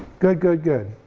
good, good, good.